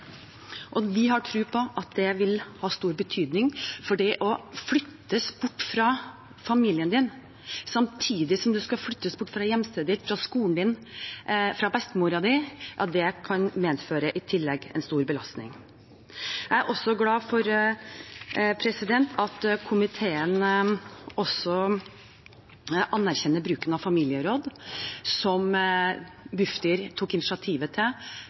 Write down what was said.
barnet. Vi har tro på at det vil ha stor betydning, for det å bli flyttet bort fra familien sin samtidig som man skal flyttes bort fra hjemstedet sitt, fra skolen sin, fra bestemoren sin, kan medføre en stor tilleggsbelastning. Jeg er også glad for at komiteen anerkjenner bruken av familieråd, noe Bufdir tok initiativet til